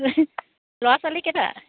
ল'ৰা ছোৱালীকেইটা